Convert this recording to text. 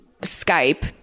Skype